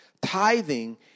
Tithing